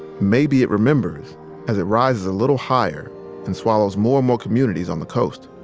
maybe it remembers as it rises a little higher and swallows more and more communities on the coast.